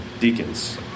deacons